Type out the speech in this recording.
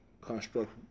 construct